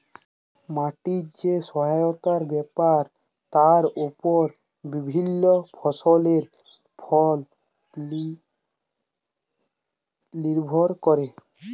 মাটির যে সাস্থের ব্যাপার তার ওপর বিভিল্য ফসলের ফল লির্ভর ক্যরে